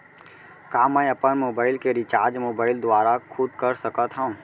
का मैं अपन मोबाइल के रिचार्ज मोबाइल दुवारा खुद कर सकत हव?